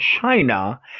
China